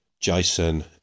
jason